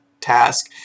task